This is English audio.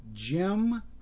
Jim